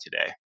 today